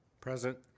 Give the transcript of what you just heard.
Present